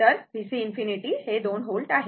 तर VC ∞ हे 2 volt आहे